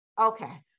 Okay